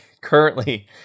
currently